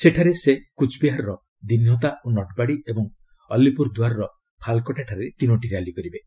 ସେଠାରେ ସେ କୁଚ୍ବିହାରର ଦିନ୍ହତା ଓ ନଟବାଡ଼ି ଏବଂ ଅଲ୍ଲୀପୁର ଦୁଆରର ଫାଲକଟା ଠାରେ ତିନୋଟି ର୍ୟାଲି କରିବେ